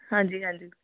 ਹਾਂਜੀ ਹਾਂਜੀ